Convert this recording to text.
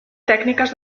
tècniques